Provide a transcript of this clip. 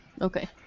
Okay